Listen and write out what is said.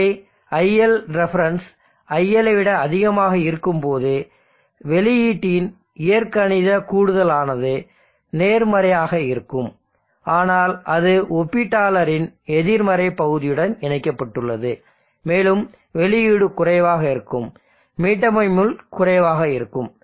எனவே iLref iL விட அதிகமாக இருக்கும்போது வெளியீட்டின் இயற்கணித கூடுதலானது நேர்மறையாக இருக்கும் ஆனால் இது ஒப்பீட்டாளரின் எதிர்மறை பகுதியுடன் இணைக்கப்பட்டுள்ளது மேலும் வெளியீடு குறைவாக இருக்கும் மீட்டமை முள் குறைவாக இருக்கும்